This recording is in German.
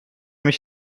mich